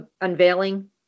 unveiling